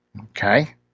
okay